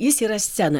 jis yra scena